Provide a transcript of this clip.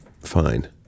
fine